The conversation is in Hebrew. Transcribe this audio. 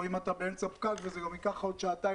או אם אתה באמצע פקק וייקח לך עוד שעתיים